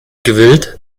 gewillt